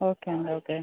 okay అండి okay